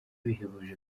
bihebuje